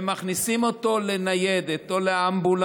שכל מי שמעכבים אותו ומכניסים אותו לניידת או לאמבולנס,